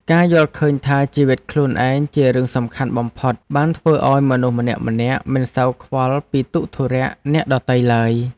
ការយល់ឃើញថាជីវិតខ្លួនឯងជារឿងសំខាន់បំផុតបានធ្វើឱ្យមនុស្សម្នាក់ៗមិនសូវខ្វល់ពីទុក្ខធុរៈអ្នកដទៃឡើយ។